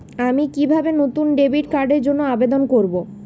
আমি কিভাবে একটি নতুন ডেবিট কার্ডের জন্য আবেদন করব?